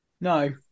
No